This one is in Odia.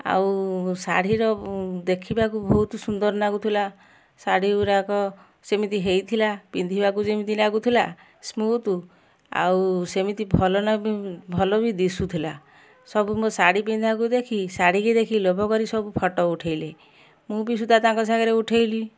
ଆଉ ଶାଢ଼ୀ ର ଦେଖିବାକୁ ବହୁତ ସୁନ୍ଦର ନାଗୁଥିଲା ଶାଢ଼ୀ ଗୁରାକ ସେମିତି ହେଇଥିଲା ପିନ୍ଧିବାକୁ ଯେମିତି ଲାଗୁଥିଲା ସ୍ମୁଥ ଆଉ ସେମିତି ଭଲ ଲ ଭଲ ବି ଦିଶୁଥିଲା ସବୁ ମୋ ଶାଢ଼ୀ ପିନ୍ଧା କୁ ଦେଖି ଶାଢ଼ୀ କି ଦେଖି ଲୋଭ କରି ସବୁ ଫଟୋ ଉଠାଇଲେ ମୁଁ ବି ସୁଦ୍ଧା ତାଙ୍କ ସାଙ୍ଗରେ ଉଠାଇଲି